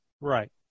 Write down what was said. Right